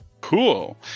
Cool